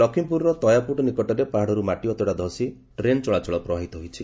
ଲକ୍ଷ୍କୀପୁରର ତୟାପୁଟ ନିକଟରେ ପାହାଡ଼ରୁ ମାଟି ଅତଡା ଧସି ଟ୍ରେନ୍ ଚଳାଚଳ ପ୍ରବାଭିତ ହୋଇଛି